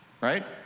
right